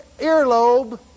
earlobe